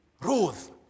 Ruth